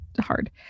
hard